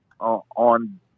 on